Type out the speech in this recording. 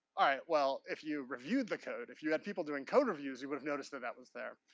alright, well, if you reviewed the code, if you had people doing code reviews, you would have noticed that that was there.